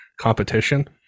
competition